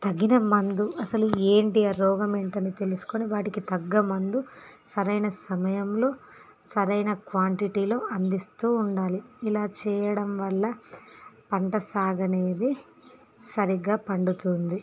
తగిన మందు అస్సలు ఏంటి ఆ రోగం ఏంటి అని తెలుసుకొని వాటికి తగ్గ మందు సరైన సమయంలో సరైన క్వాంటిటీలో అందిస్తూ ఉండాలి ఇలా చేయడం వల్ల పంట సాగు అనేది సరిగ్గా పండుతుంది